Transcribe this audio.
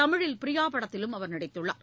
தமிழில் ப்ரியா திரைப்படத்திலும் அவர் நடித்துள்ளார்